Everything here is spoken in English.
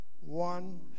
one